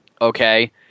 okay